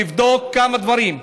תבדוק כמה דברים: